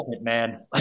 man